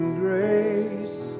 grace